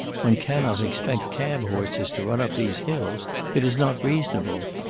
one cannot expect cab-horses to run up these hills it is not reasonable.